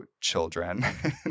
children